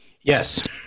Yes